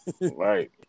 right